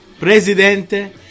Presidente